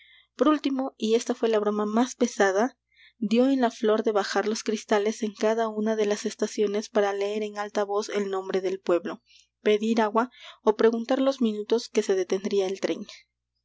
por último y esta fué la broma más pesada dió en la flor de bajar los cristales en cada una de las estaciones para leer en alta voz el nombre del pueblo pedir agua ó preguntar los minutos que se detendría el tren